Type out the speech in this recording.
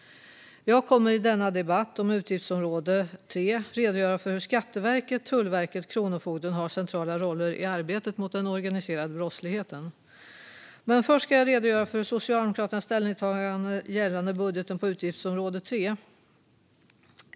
Jag kommer i denna debatt om utgiftsområde 3 att redogöra för hur Skatteverket, Tullverket och Kronofogden har centrala roller i arbetet mot den organiserade brottsligheten. Men först ska jag redogöra för Socialdemokraternas ställningstagande gällande budgeten på utgiftsområde 3.